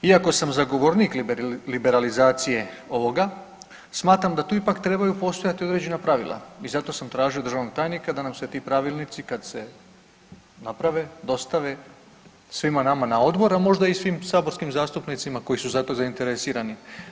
Iako sam zagovornik liberalizacije ovoga, smatram da tu ipak trebaju postojati određena pravila i zato sam tražio od državnog tajnika da nam se ti pravilnici kad se naprave dostave svima nama na odbor, a možda i svim saborskim zastupnicima koji su za to zainteresirani.